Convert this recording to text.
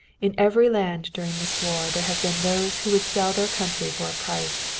in every land during this war there have been those who would sell their country for a price.